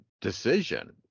decision